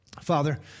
Father